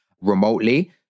remotely